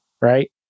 right